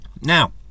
Now